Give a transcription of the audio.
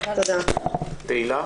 תהילה